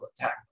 attack